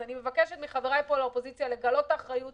אז אני מבקשת מחבריי לאופוזיציה לגלות אחריות